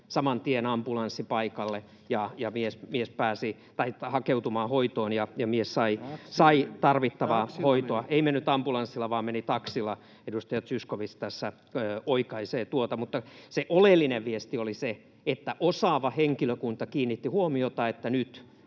saman tien ambulanssi paikalle. Mies pääsi hakeutumaan hoitoon, ja mies sai tarvittavaa hoitoa. [Ben Zyskowicz: Taksilla meni!] — Ei mennyt ambulanssilla, vaan meni taksilla, edustaja Zyskowicz tässä oikaisi. — Se oleellinen viesti oli se, että osaava henkilökunta kiinnitti huomiota, että nyt